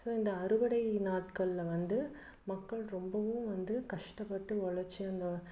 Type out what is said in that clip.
so இந்த அறுவடை நாட்களில் வந்து மக்கள் ரொம்பவும் வந்து கஷ்டப்பட்டு ஒழைச்சி அந்த